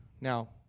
Now